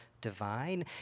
divine